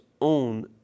own